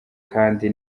kandi